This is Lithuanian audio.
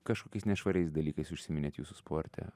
kažkokiais nešvariais dalykais užsiiminėt jūsų sporte